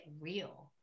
real